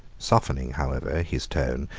softening, however, his tone,